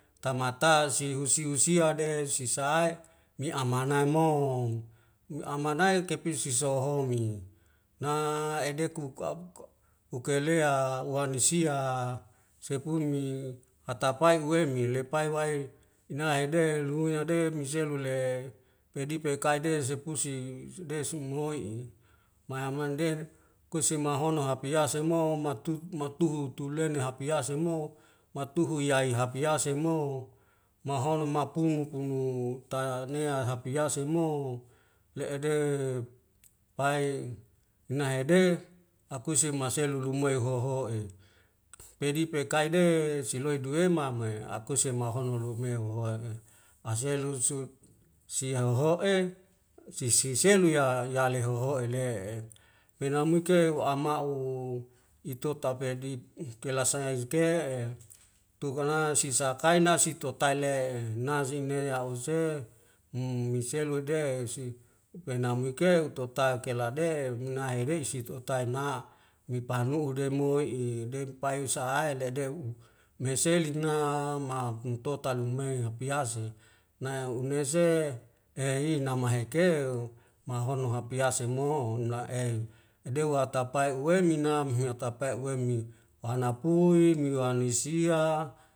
Tamata sihu sihu husia de sisa e mi ana mo mi au mana nae kepi sisohomi na edeku kabka ukaelea wanisia sepumi hatapae uweimi lepai wai inae de lunya de miselule pedi pekai de sepusing desi inmoi'i mana manden kuse mahono hapeyase mo matut matu tulena hapeyase mo matuhu yaiy hapiase mo mahono mapungu kumu tanea hapiase mo le'ede pai nahede akuse maselu lumoi hoho'e pedi pekai de siloi duwe mama e akuse mahono rumew wa'i aselu usut sia halho'e sisi selu ya yale hoho'ele'e menamungke wa ama'u itatota pe bip kelasan aizke e tuhola sisa kaina sitotaile nazimne a'huse mue seilude si penaumi ike total kelade nahiresi tu tai ma mi panu'u de moi de payung saya dede u meselet na mahun total me apiase nai unese e i namaheke mahono hapease mo omna'e edew atapai uweimina mahiut apai awemi wana pungi niwali sia